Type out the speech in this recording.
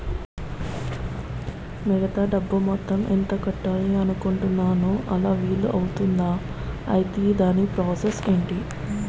మిగతా డబ్బు మొత్తం ఎంత కట్టాలి అనుకుంటున్నాను అలా వీలు అవ్తుంధా? ఐటీ దాని ప్రాసెస్ ఎంటి?